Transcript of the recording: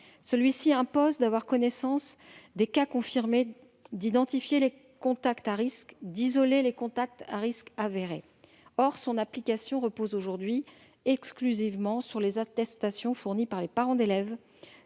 Celui-ci impose d'avoir connaissance des cas confirmés, d'identifier les contacts à risque et d'isoler les contacts à risque avéré. Or son application repose aujourd'hui exclusivement sur les attestations fournies par les parents d'élèves